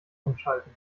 umschalten